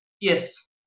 Yes